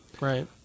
Right